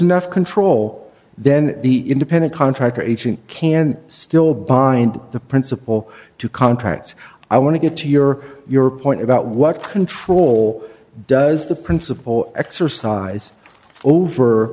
enough control then the independent contractor agent can still bind the principal to contracts i want to get to your your point about what control does the principal exercise